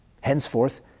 Henceforth